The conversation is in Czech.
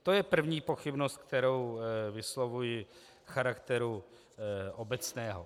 To je první pochybnost, kterou vyslovuji, charakteru obecného.